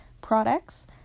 products